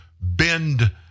bend